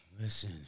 Listen